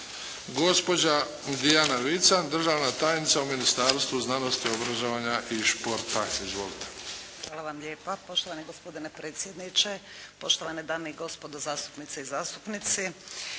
Gospođa Dijana Vican, državna tajnica u Ministarstvu znanosti, obrazovanja i športa. Izvolite. **Vican, Dijana** Hvala vam lijepa. Poštovani gospodine predsjedniče, poštovane dame i gospodo zastupnice i zastupnici.